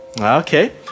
okay